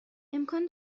امکان